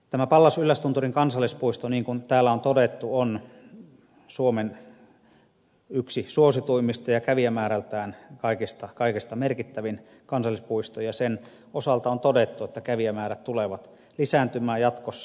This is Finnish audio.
tämä pallas yllästunturin kansallispuisto niin kuin täällä on todettu on yksi suomen suosituimmista ja kävijämäärältään kaikkein merkittävin kansallispuisto ja sen osalta on todettu että kävijämäärät tulevat lisääntymään jatkossa